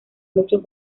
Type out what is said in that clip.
muchos